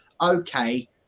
okay